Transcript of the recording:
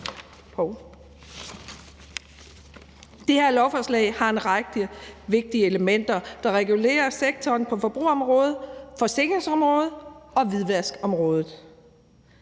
Det her lovforslag har en række vigtige elementer, der regulerer sektoren på forbrugerområdet, forsikringsområdet og hvidvaskområdet.